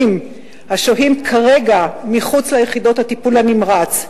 השוהים כרגע מחוץ ליחידות טיפול הנמרץ,